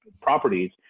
properties